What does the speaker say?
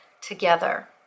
together